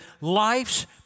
life's